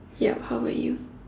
yup how about you